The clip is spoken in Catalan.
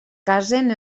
casen